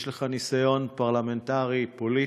יש לך ניסיון פרלמנטרי פוליטי,